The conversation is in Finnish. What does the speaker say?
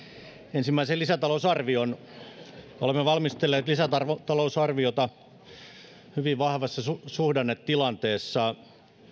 ensimmäisen lisätalousarvion olemme valmistelleet lisätalousarviota hyvin vahvassa suhdannetilanteessa